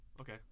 okay